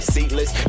Seatless